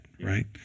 right